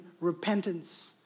repentance